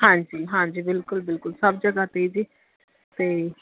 ਹਾਂਜੀ ਹਾਂਜੀ ਬਿਲਕੁਲ ਬਿਲਕੁਲ ਸਭ ਜਗ੍ਹਾ 'ਤੇ ਜੀ ਅਤੇ